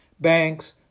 banks